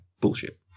bullshit